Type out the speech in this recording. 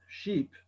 sheep